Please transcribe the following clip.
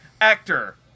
Actor